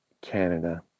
Canada